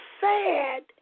sad